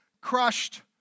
crushed